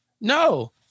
no